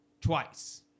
Twice